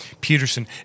Peterson